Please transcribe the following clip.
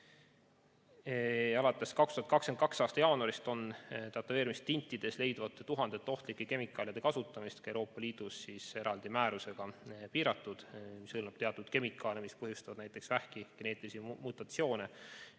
Alates 2022. aasta jaanuarist on tätoveerimistintides leiduvate tuhandete ohtlike kemikaalide kasutamist Euroopa Liidus eraldi määrusega piiratud. See hõlmab teatud kemikaale, mis põhjustavad näiteks vähki ja geneetilisi mutatsioone,